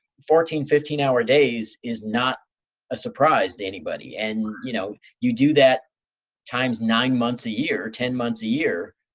fourteen, fifteen hour days is not a surprise to anybody. and you know you do that times nine months a year, ten months a year.